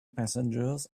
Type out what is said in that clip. passengers